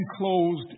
enclosed